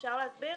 אפשר להסביר?